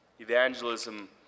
Evangelism